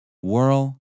whirl